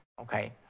Okay